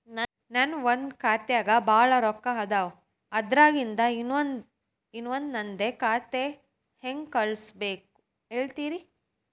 ನನ್ ಒಂದ್ ಖಾತ್ಯಾಗ್ ಭಾಳ್ ರೊಕ್ಕ ಅದಾವ, ಅದ್ರಾಗಿಂದ ಇನ್ನೊಂದ್ ನಂದೇ ಖಾತೆಗೆ ಹೆಂಗ್ ಕಳ್ಸ್ ಬೇಕು ಹೇಳ್ತೇರಿ?